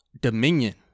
Dominion